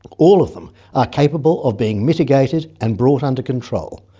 all of them are capable of being mitigated and brought under control,